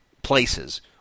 places